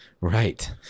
Right